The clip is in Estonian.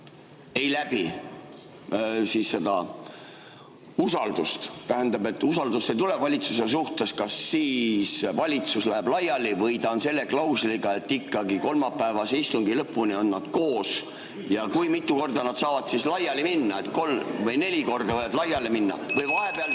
ei läbi seda usaldus[hääletus]t, tähendab, et usaldust ei tule valitsuse suhtes, kas siis valitsus läheb laiali või ta on selle klausliga, et ikkagi kolmapäevase istungi lõpuni on nad koos? Ja kui mitu korda nad saavad laiali minna? Kas kolm või neli korda võivad laiali minna (Juhataja